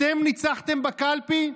אתם ניצחתם בקלפי?